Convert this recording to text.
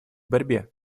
борьбе